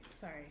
Sorry